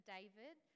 David